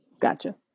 Gotcha